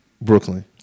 Brooklyn